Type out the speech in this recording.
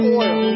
oil